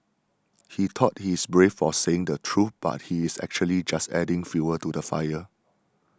he thought he is brave for saying the truth but he is actually just adding fuel to the fire